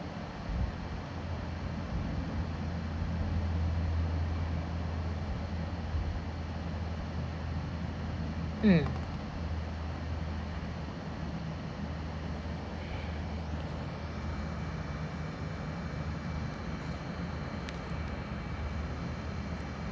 mm